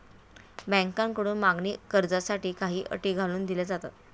बँकांकडून मागणी कर्जासाठी काही अटी घालून दिल्या जातात